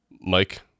Mike